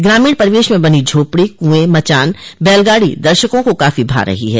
ग्रामीण परिवेश में बनी झोपड़ी कुएं मचान बैलगाड़ी दर्शकों को काफी भा रही हैं